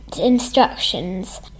instructions